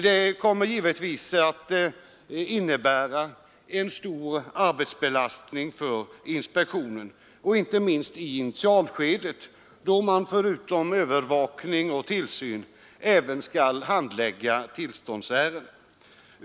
Det kommer givetvis att innebära en stor arbetsbelastning för inspektionen, inte minst i initialskedet, då man förutom övervakning och tillsyn även skall handlägga tillståndsärenden.